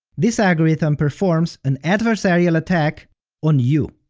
this algorithm performs an adversarial attack on you.